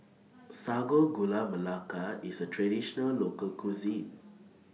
Sago Gula Melaka IS A Traditional Local Cuisine